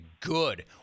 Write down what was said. good